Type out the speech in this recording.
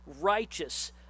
righteous